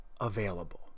available